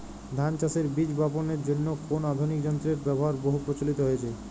ধান চাষের বীজ বাপনের জন্য কোন আধুনিক যন্ত্রের ব্যাবহার বহু প্রচলিত হয়েছে?